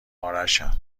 ارشم